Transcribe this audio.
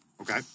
okay